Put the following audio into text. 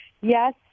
yes